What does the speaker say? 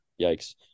Yikes